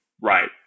right